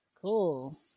Cool